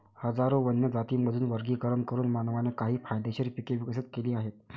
हजारो वन्य जातींमधून वर्गीकरण करून मानवाने काही फायदेशीर पिके विकसित केली आहेत